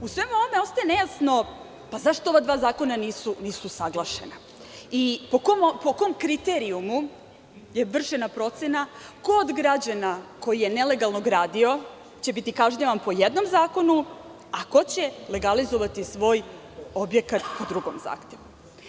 U svemu ovome ostaje nejasno zašto ova dva zakona nisu usaglašena, po kom kriterijumu je vršena procena, ko od građana koji je nelegalno gradio će biti kažnjavan po jednom zakonu, a ko će legalizovati svoj objekat u drugom zahtevu.